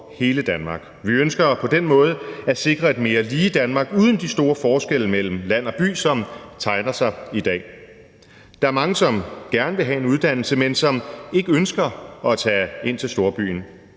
hele Danmark. Vi ønsker på den måde at sikre et mere lige Danmark uden de store forskelle mellem land og by, som tegner sig i dag. Der er mange, som gerne vil have en uddannelse, men som ikke ønsker at tage ind til storbyen,